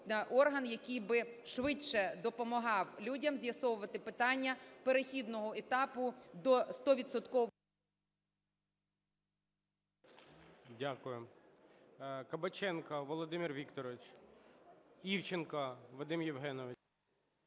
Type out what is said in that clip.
який би швидше допомагав людям з'ясовувати питання перехідного етапу до